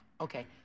Okay